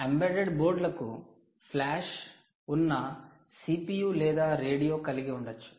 embedded బోర్డులకు flash ఉన్న CPU లేదా రేడియో కలిగి ఉండవచ్చు